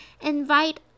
invite